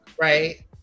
right